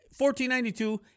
1492